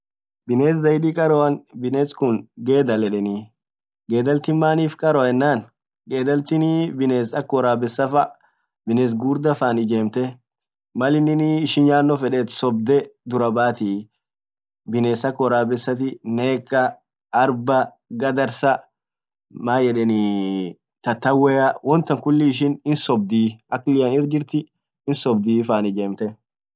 Bines zaidi qaroan bines kun gedal yedenii ,gedaltin manif qaro yenan gedaltinii bines ak worabesa fa bines gugurda fan ijemtet mal ininii ishi nyanno fete sobde durabati bines ak worabesati ,Neqa, Arba, Gadarsa Tatawea wontan kulli ishin hinsobdii akilian irr jirti hinsobdii fan ijemte.